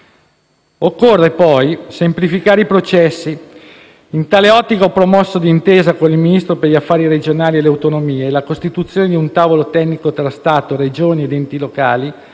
Occorre poi semplificare i processi. In tale ottica ho promosso, d'intesa con il Ministro per gli affari regionali e le autonomie, la costituzione di un tavolo tecnico tra Stato, Regioni ed enti locali